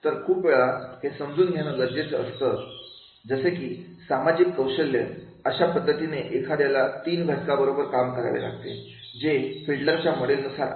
तर खूप वेळा हे समजून घेणं गरजेचं असतं जसे की सामाजिक कौशल्य अशा पद्धतीने एखाद्याला तीन घटकांबरोबर काम करावे लागते जे फिडलरच्या मॉडेलनुसार आहे